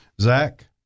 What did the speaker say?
Zach